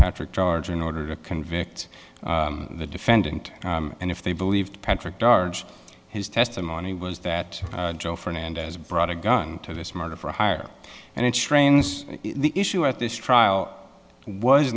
patrick charger in order to convict the defendant and if they believed patrick garge his testimony was that joe fernandez brought a gun to this murder for hire and it strains the issue at this trial was